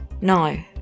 No